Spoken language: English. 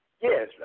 Yes